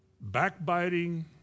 backbiting